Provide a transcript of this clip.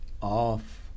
off